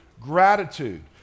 gratitude